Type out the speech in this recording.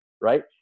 right